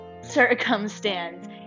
circumstance